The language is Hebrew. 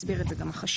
הסביר את זה גם החשב.